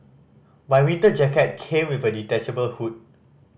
my winter jacket came with a detachable hood